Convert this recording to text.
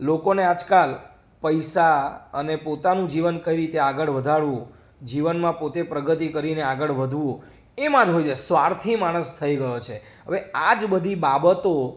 લોકોને આજકાલ પૈસા અને પોતાનું જીવન કઈ રીતે આગળ વધારવું જીવનમાં પોતે પ્રગતિ કરીને આગળ વધવું એમાં જ હોય છે સ્વાર્થી માણસ થઈ ગયો છે હવે આ જ બધી બાબતો